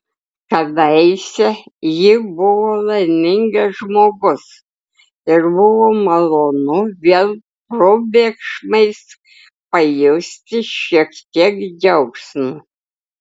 kadaise ji buvo laimingas žmogus ir buvo malonu vėl probėgšmais pajusti šiek tiek džiaugsmo